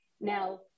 Now